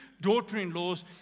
daughter-in-laws